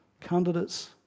candidates